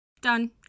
Done